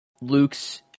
Luke's